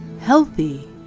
healthy